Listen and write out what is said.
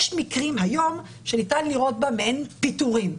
יש היום מקרים שניתן לראות בהם פיטורים.